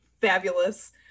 fabulous